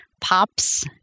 pops